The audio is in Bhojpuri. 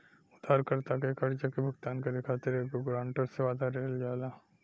उधारकर्ता के कर्जा के भुगतान करे खातिर एगो ग्रांटर से, वादा लिहल जाला